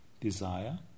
desire